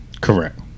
Correct